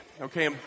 Okay